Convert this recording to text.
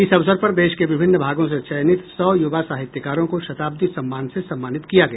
इस अवसर पर देश के विभिन्न भागों से चयनित सौ युवा साहित्यकारों को शताब्दी सम्मान से सम्मानित किया गया